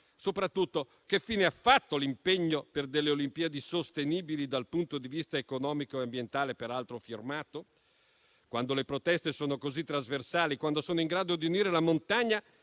Soprattutto, che fine ha fatto l'impegno per Olimpiadi sostenibili dal punto di vista economico e ambientale, peraltro firmato? Quando le proteste sono così trasversali, quando sono in grado di unire la montagna